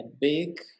big